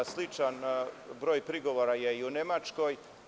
Sličan broj prigovora je i u Nemačkoj.